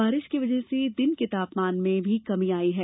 बारिश की वजह से दिन के तापमान में भी कमी आई है